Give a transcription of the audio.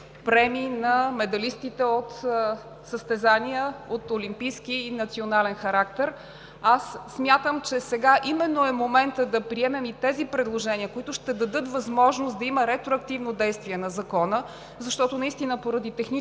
премии на медалистите от състезания от олимпийски и национален характер. Аз смятам, че сега е моментът да приемем и тези предложения, които ще дадат възможност да има ретроактивно действие на Закона, защото наистина поради технически